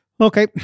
Okay